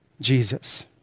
Jesus